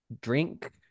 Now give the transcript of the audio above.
drink